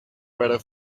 weather